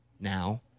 now